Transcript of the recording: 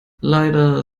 leider